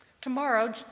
Tomorrow